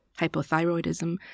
Hypothyroidism